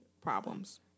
problems